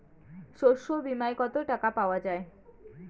শস্য বিমায় কত টাকা পাওয়া যায়?